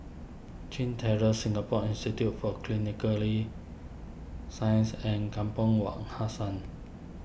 Chin Terrace Singapore Institute for Clinically Sciences and Kampong Wak Hassan